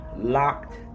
locked